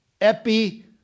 Epi